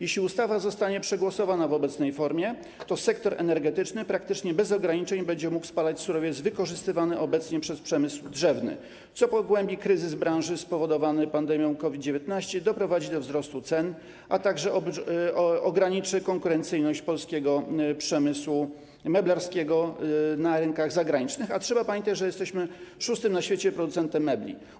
Jeśli ustawa zostanie przegłosowana w obecnej formie, to sektor energetyczny praktycznie bez ograniczeń będzie mógł spalać surowiec wykorzystywany obecnie przez przemysł drzewny, co pogłębi kryzys w branży spowodowany pandemią COVID-19 i doprowadzi do wzrostu cen, a także ograniczy konkurencyjność polskiego przemysłu meblarskiego na rynkach zagranicznych, a trzeba pamiętać, że jesteśmy szóstym na świecie producentem mebli.